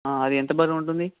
అది ఎంత బరువు ఉంటుంది